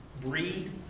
breed